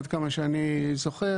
עד כמה שאני זוכר,